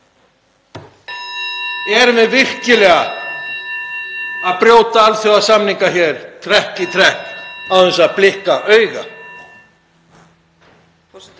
Erum við virkilega að brjóta alþjóðasamninga hér trekk í trekk án þess að blikka auga?